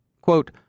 Quote